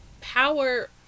power